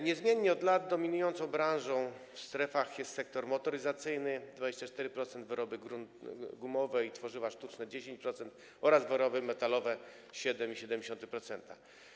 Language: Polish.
Niezmiennie od lat dominującą branżą w strefach jest sektor motoryzacyjny - 24%, wyroby gumowe i tworzywa sztuczne - 10% oraz wyroby metalowe - 7,7%.